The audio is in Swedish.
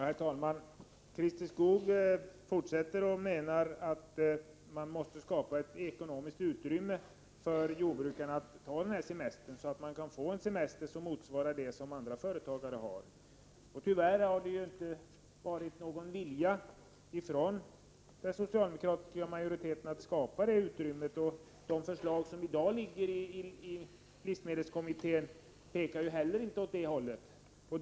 Herr talman! Christer Skoog vidhåller att man måste skapa ekonomiskt utrymme för att jordbrukarna skall kunna ta semester, så att de verkligen kan få en semester som motsvarar den som andra företagare har. Tyvärr har det inte funnits någon vilja hos den socialdemokratiska majoriteten att skapa ett sådant utrymme. De förslag som i dag kan läsas i livsmedelskommitténs betänkande pekar inte heller åt det hållet.